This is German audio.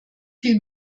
viel